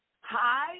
Hi